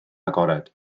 agored